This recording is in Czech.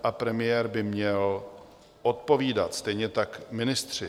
A premiér by měl odpovídat, stejně tak ministři.